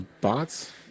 bots